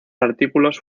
artículos